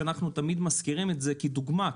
שאנחנו תמיד מזכירים אותו כדוגמה,